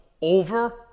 over